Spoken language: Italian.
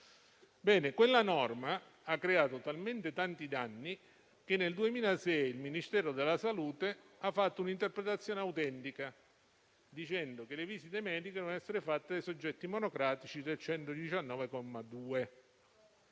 Quella norma ha creato talmente tanti danni che nel 2006 il Ministero della salute ha fatto un'interpretazione autentica, affermando che le visite mediche devono essere svolte dai soggetti monocratici di cui